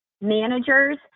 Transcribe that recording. managers